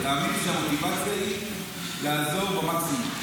תאמין לי שהמוטיבציה היא לעזור במקסימום,